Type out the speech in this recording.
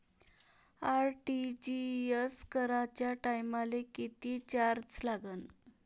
RTGS कराच्या टायमाले किती चार्ज लागन?